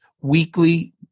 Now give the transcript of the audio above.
weekly